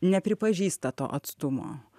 nepripažįsta to atstumo